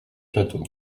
château